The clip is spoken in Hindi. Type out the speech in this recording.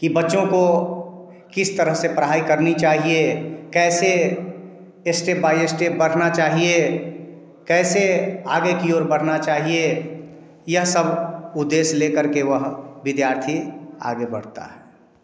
कि बच्चों को किस तरह से पढ़ाई करनी चाहिए कैसे स्टेप बाई स्टेप बढ़ना चाहिए कैसे आगे कि और बढ़ना चाहिए यह सब उद्देश्य लेकर के वहाँ विद्यार्थी आगे बढ़ता है